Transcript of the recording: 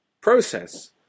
Process